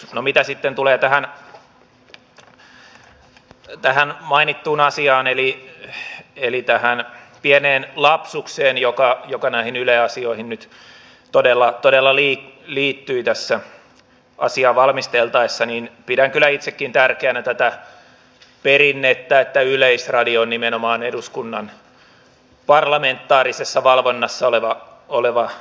no mitä sitten tulee tähän mainittuun asiaan eli tähän pieneen lapsukseen joka näihin yle asioihin nyt todella liittyi tässä asiaa valmisteltaessa niin pidän kyllä itsekin tärkeänä tätä perinnettä että yleisradio on nimenomaan eduskunnan parlamentaarisessa valvonnassa oleva yhtiö